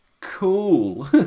Cool